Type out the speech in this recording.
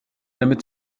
damit